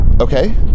okay